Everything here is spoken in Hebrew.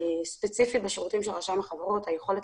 ספציפית בשירותים של רשם החברות היכולת